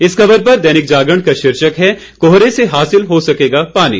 इस खबर पर दैनिक जागरण का शीर्षक है कोहरे से हासिल हो सकेगा पानी